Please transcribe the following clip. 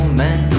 man